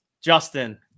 Justin